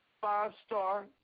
Five-star